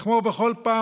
וכמו בכל פעם,